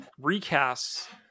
recasts